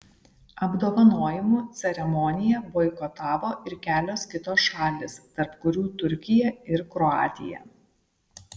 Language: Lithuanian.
apdovanojimų ceremoniją boikotavo ir kelios kitos šalys tarp kurių turkija ir kroatija